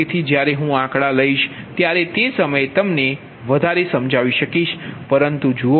તેથી જ્યારે હું આંકડા લઈશ ત્યારે તે સમયે તમે વધુ સમજી શકશો પરંતુ જુઓ